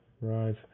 right